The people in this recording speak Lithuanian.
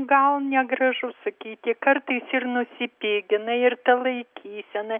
gal negražu sakyti kartais ir nusipigina ir ta laikysena